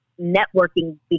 networking